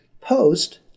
post